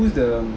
who's the